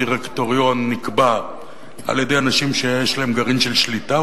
הדירקטוריון נקבע על-ידי אנשים שיש להם גרעין של שליטה,